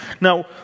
Now